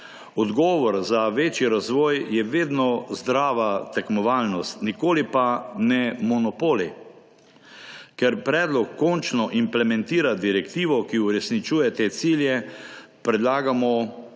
Odgovor za večji razvoj je vedno zdrava tekmovalnost, nikoli pa ne monopoli. Ker predlog končno implementira direktivo, ki uresničuje te cilje, predlagamo in